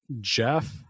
Jeff